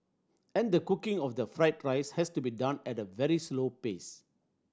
and the cooking of the fried rice has to be done at a very slow pace